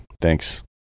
thanks